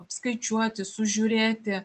apskaičiuoti sužiūrėti